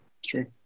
Sure